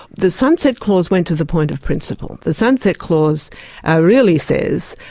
the sunset clause went to the point of principle the sunset clause ah really says,